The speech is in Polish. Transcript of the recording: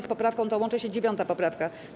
Z poprawką tą łączy się 9. poprawka.